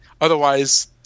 otherwise